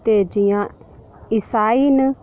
ते जि'यां इसाई न